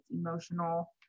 emotional